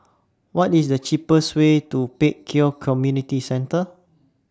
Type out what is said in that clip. What IS The cheapest Way to Pek Kio Community Centre